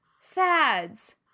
fads